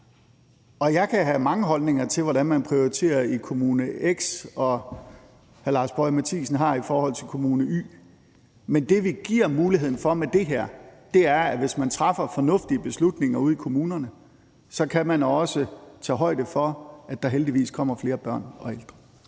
Og jeg kan have mange holdninger til, hvordan man prioriterer i Kommune X, og hr. Lars Boje Mathiesen kan have det i forhold til Kommune Y, men det, vi giver muligheden for med det her, er, at hvis man ude i kommunerne træffer fornuftige beslutninger, kan man også tage højde for, at der heldigvis kommer flere børn og ældre.